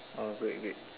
oh wait wait